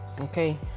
Okay